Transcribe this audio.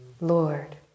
Lord